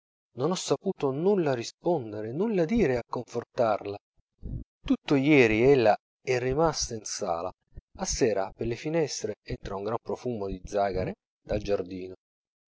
non ho saputo nulla rispondere nulla dire a confortarla tutto ieri ella è rimasta in sala a sera per le finestre entra un gran profumo di zagare dal giardino